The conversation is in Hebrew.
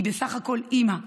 היא בסך הכול אימא.